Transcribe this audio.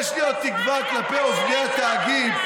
יש לי עוד תקווה כלפי עובדי התאגיד,